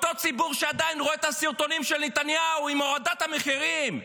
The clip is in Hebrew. אותו ציבור שעדיין רואה את הסרטונים של נתניהו עם הורדת המחירים.